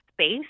space